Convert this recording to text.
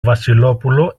βασιλόπουλο